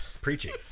preaching